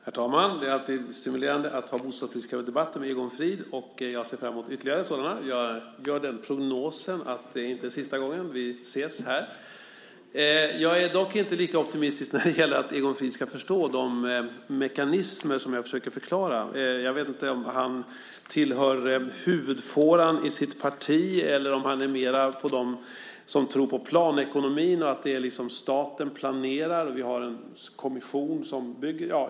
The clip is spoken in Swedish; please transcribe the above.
Herr talman! Det är alltid stimulerande att föra bostadspolitiska debatter med Egon Frid. Jag ser fram emot ytterligare sådana. Jag gör prognosen att det inte är sista gången som vi ses här. Jag är dock inte lika optimistisk när det gäller att Egon Frid ska förstå de mekanismer som jag försöker förklara. Jag vet inte om han tillhör huvudfåran i sitt parti eller om han mer hör till dem som tror på planekonomin och att det är staten som planerar och en kommission som bygger.